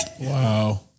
Wow